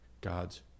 God's